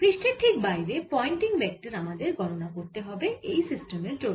পৃষ্ঠের ঠিক বাইরে পয়েন্টিং ভেক্টর আমাদের গণনা করতে হবে এই সিস্টেমের জন্য